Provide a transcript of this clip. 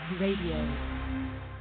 Radio